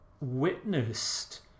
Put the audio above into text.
witnessed